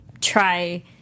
try